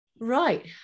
Right